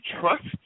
trust